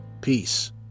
peace